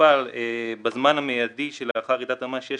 שמטופל בזמן המיידי שלאחר רעידת אדמה שיש